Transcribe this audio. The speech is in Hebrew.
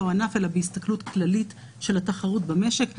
ענף אלא בהסתכלות כללית של התחרות במשק.